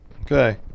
Okay